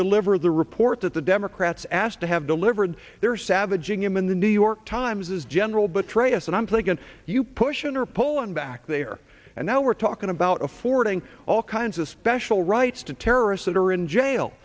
deliver the report that the democrats asked to have delivered their savaging him in the new york times is general betray us and i'm thinking you push interpol and back there and now we're talking about affording all kinds of special rights to terrorists that are in jail